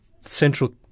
central